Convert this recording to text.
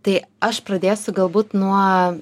tai aš pradėsiu galbūt nuo